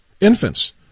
Infants